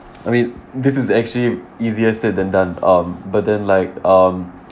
I mean this is actually easier said than done um but then like um